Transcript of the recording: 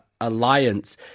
alliance